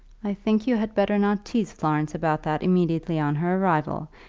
i think you had better not tease florence about that immediately on her arrival.